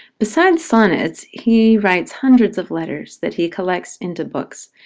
besides sonnets, he writes hundreds of letters that he collects into books.